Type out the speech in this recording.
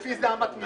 לפי איזו אמת מידה?